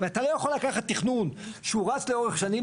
אתה לא יכול לקחת תכנון שהוא רץ לאורך שנים,